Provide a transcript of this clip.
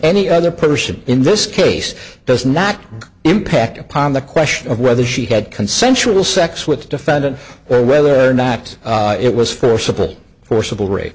any other person in this case does not impact upon the question of whether she had consensual sex with the defendant or whether or not it was for simple forcible rape